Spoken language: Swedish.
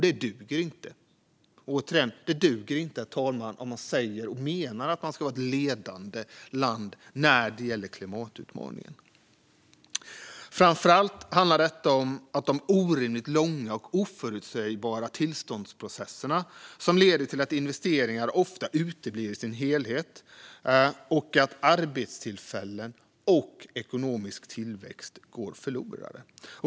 Det duger inte, herr talman, om man säger och menar att man ska vara ett ledande land när det gäller klimatutmaningen. Framför allt handlar detta om de orimligt långa och oförutsägbara tillståndsprocesserna, som leder till att investeringar ofta uteblir i sin helhet och till att arbetstillfällen och ekonomisk tillväxt går förlorade.